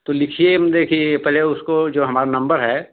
तो लिखिए देखिये पहले उसको जो हमारा नंबर है